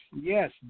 yes